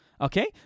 Okay